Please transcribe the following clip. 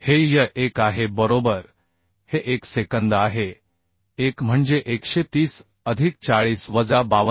हे y1 आहे बरोबर हे 1 सेकंद आहे एक म्हणजे 130 अधिक 40 वजा 52